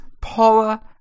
Paula